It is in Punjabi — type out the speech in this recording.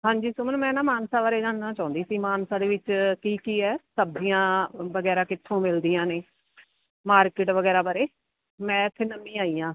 ਹਾਂਜੀ ਸੁਮਨ ਮੈਂ ਨਾ ਮਾਨਸਾ ਬਾਰੇ ਜਾਣਨਾ ਚਾਹੁੰਦੀ ਸੀ ਮਾਨਸਾ ਦੇ ਵਿੱਚ ਕੀ ਕੀ ਹੈ ਸਬਜ਼ੀਆਂ ਵਗੈਰਾ ਕਿੱਥੋਂ ਮਿਲਦੀਆਂ ਨੇ ਮਾਰਕਿਟ ਵਗੈਰਾ ਬਾਰੇ ਮੈਂ ਇੱਥੇ ਨਵੀਂ ਆਈ ਹਾਂ